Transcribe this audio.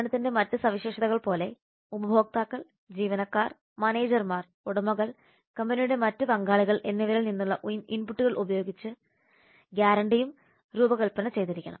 സേവനത്തിന്റെ മറ്റ് സവിശേഷതകൾ പോലെ ഉപഭോക്താക്കൾ ജീവനക്കാർ മാനേജർമാർ ഉടമകൾ കമ്പനിയുടെ മറ്റ് പങ്കാളികൾ എന്നിവരിൽ നിന്നുള്ള ഇൻപുട്ടുകൾ ഉപയോഗിച്ച് ഗ്യാരണ്ടിയും രൂപകൽപ്പന ചെയ്തിരിക്കണം